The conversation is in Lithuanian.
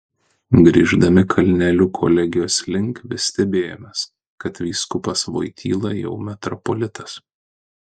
grįždami kalneliu kolegijos link vis stebėjomės kad vyskupas voityla jau metropolitas